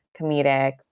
comedic